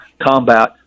combat